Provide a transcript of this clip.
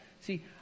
See